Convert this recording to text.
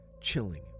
chilling